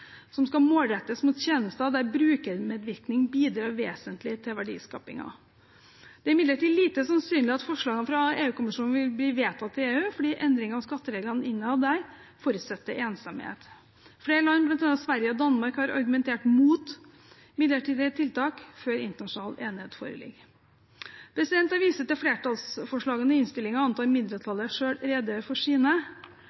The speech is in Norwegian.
som skal målrettes mot tjenester der brukermedvirkning bidrar vesentlig til verdiskapingen. Det er imidlertid lite sannsynlig at forslagene fra EU-kommisjonen vil bli vedtatt i EU, fordi endringer av skattereglene innad der forutsetter enstemmighet. Flere land, bl.a. Sverige og Danmark, har argumentert imot midlertidige tiltak før internasjonal enighet foreligger. Jeg viser til flertallsforslagene i